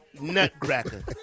nutcracker